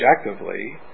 objectively